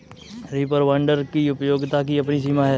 reaper binder की उपयोगिता की अपनी सीमा है